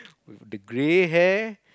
with the gray hair